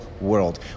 world